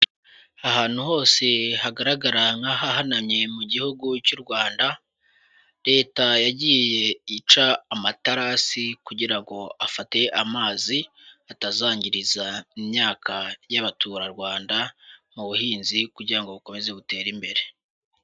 Ahantu hose hagaragara nk'ahahanamye mu gihugu cy'u Rwanda, leta yagiye ica amaterasi kugira ngo afate amazi atazangiriza imyaka y'abaturarwanda mu buhinzi kugira ngo bukomeze butere imbere.